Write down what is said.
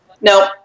No